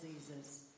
diseases